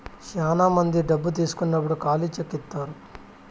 శ్యానా మంది డబ్బు తీసుకున్నప్పుడు ఖాళీ చెక్ ఇత్తారు